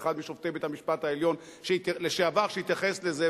אחד משופטי בית-המשפט העליון לשעבר שהתייחס לזה,